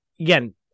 again